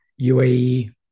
UAE